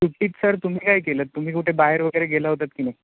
सुट्टीत सर तुम्ही काय केलं तुम्ही कुठे बाहेर वगैरे गेला होतात की नाही